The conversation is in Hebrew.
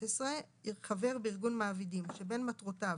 "(11) חבר בארגון מעבידים שבין מטרותיו